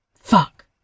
Fuck